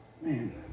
man